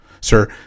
sir